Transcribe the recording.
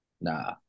Nah